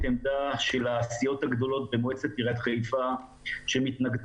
עמדת הסיעות הגדולות במועצת עיריית חיפה שמתנגדות